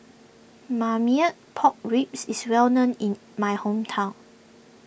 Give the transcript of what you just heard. Marmite Pork Ribs is well known in my hometown